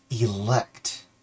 elect